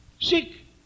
Seek